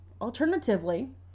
alternatively